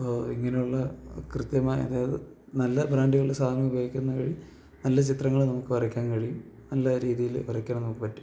ഇങ്ങനെ ഉള്ള കൃത്യമായ അതായത് നല്ല ബ്രാൻഡുകളുടെ സാധനം ഉപയോഗിക്കുന്നതു വഴി നല്ല ചിത്രങ്ങള് നമുക്ക് വരയ്ക്കാൻ കഴിയും നല്ല രീതിയില് വരയ്ക്കാനും നമുക്ക് പറ്റും